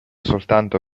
soltanto